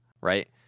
right